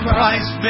Christ